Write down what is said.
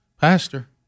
pastor